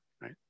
right